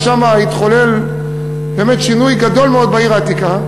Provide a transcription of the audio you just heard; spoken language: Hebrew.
גם שם התחולל באמת שינוי גדול מאוד, בעיר העתיקה,